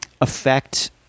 affect